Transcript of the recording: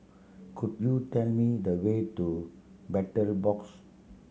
could you tell me the way to Battle Box